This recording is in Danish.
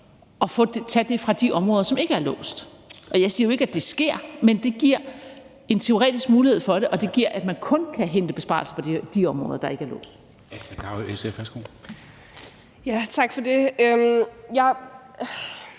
og tage dem fra de områder, som ikke er låst. Jeg siger jo ikke, at det sker, men der er en teoretisk mulighed for det, og det gør, at man kun kan hente besparelser på de områder, der ikke er låst. Kl. 17:58 Formanden